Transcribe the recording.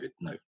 No